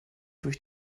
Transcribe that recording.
durch